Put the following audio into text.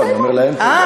לא, אני אומר להם תודה.